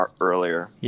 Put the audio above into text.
earlier